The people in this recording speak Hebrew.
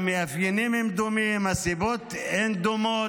המאפיינים הם דומים והסיבות הן דומות.